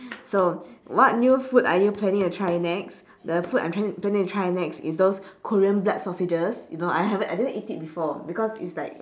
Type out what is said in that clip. so what new food are you planning to try next the food I'm trying planning to try next is those korean blood sausages you know I haven't I didn't eat it before because it's like